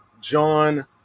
John